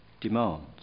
demands